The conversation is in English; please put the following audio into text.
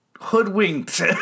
hoodwinked